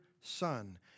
son